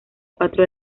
cuatro